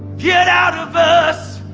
get out of us,